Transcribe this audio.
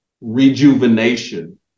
rejuvenation